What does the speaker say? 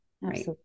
right